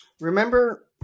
Remember